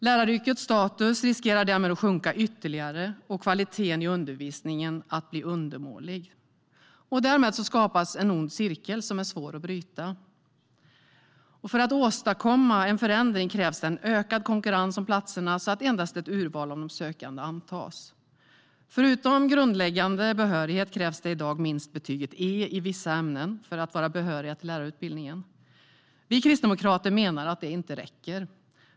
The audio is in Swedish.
Läraryrkets status riskerar därmed att sjunka ytterligare och kvaliteten i undervisningen att bli undermålig. Därmed skapas en ond cirkel som är svår att bryta. För att åstadkomma en förändring krävs en ökad konkurrens om platserna så att endast ett urval av de sökande antas. Förutom grundläggande behörighet krävs det i dag minst betyget E i vissa ämnen för att vara behörig till lärarutbildningen. Vi kristdemokrater menar att det inte räcker.